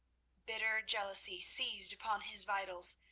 bitter jealousy seized upon his vitals.